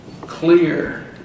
clear